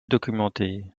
documentée